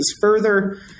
further